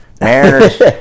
Mariners